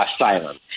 asylum